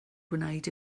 gwneud